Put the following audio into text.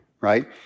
right